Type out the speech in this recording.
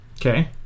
Okay